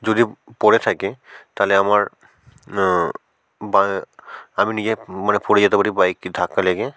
যদি পড়ে থাকে তাহলে আমার বাঁ আমি নিজে মানে পড়ে যেতে পারি বাইক ধাক্কা লেগে